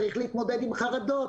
צריך להתמודד עם חרדות,